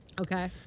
Okay